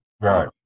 Right